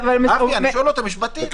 ראשוני, משפטית?